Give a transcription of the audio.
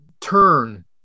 turn